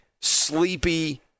sleepy